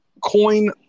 Coin